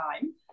time